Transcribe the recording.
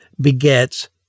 begets